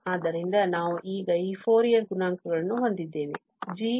ಆದ್ದರಿಂದ ನಾವು ಈಗ ಈ ಫೋರಿಯರ್ ಗುಣಾಂಕಗಳನ್ನು ಹೊಂದಿದ್ದೇವೆ g